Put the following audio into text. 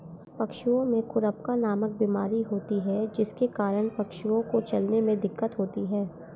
पशुओं में खुरपका नामक बीमारी होती है जिसके कारण पशुओं को चलने में दिक्कत होती है